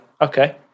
okay